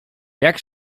jak